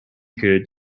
could